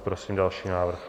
Prosím další návrh.